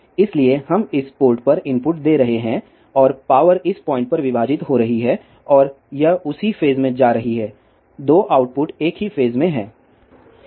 इसलिए हम इस पोर्ट पर इनपुट दे रहे हैं और पावर इस पॉइंट पर विभाजित हो रही है और यह उसी फेज में जा रही है 2 आउटपुट एक ही फेज में हैं